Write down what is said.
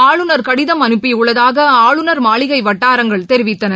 ஆளுநர் கடிதம் அனுப்பியுள்ளதாக ஆளுநர் மாளிகை வட்டாரங்கள் தெரிவித்தன